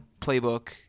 playbook